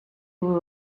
were